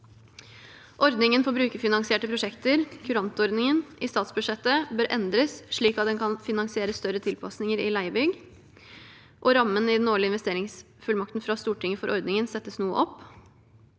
Ordningen for brukerfinansierte prosjekter (kurantordningen) i statsbudsjettet bør endres slik at den kan finansiere større tilpasninger i leiebygg, og rammen i den årlige investeringsfullmakten fra Stortinget for ordningen settes noe opp.